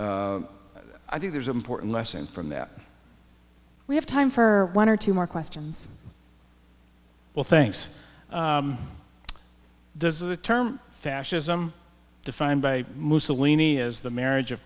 i think there's an important lesson from that we have time for one or two more questions well thanks this is the term fascism defined by mussolini as the marriage of